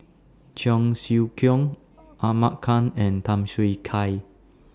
Cheong Siew Keong Ahmad Khan and Tham Yui Kai